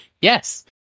Yes